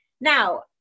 Now